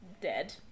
dead